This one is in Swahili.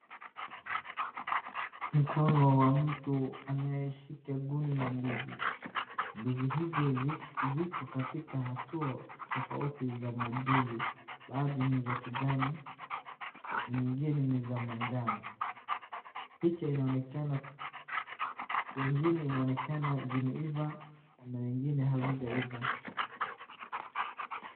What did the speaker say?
Mkono wa mtu anayeshika guni ya ndizi, ndizi hizo ziko katika hatua tofauti za maduli, baadhi ni za kijani, na nyingine ni za manjano, picha inaonekana, kwengine inaonekana zimeiva na kwengine hazijaiva.